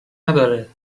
نداره